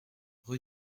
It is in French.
rue